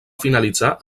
finalitzar